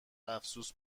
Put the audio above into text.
افسوس